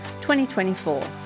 2024